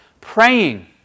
praying